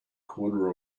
corner